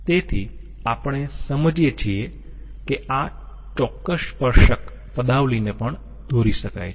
તેથી આપણે સમજીયે છીએ કે આ ચોક્કસ સ્પર્શક પદાવલીને પણ દોરી શકાય છે